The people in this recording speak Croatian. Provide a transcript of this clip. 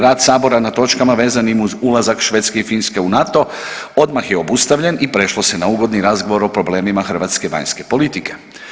Rad sabora na točkama vezanim uz ulazak Švedske i Finske u NATO odmah je obustavljen i prešlo se na ugodni razgovor o problemima hrvatske vanjske politike.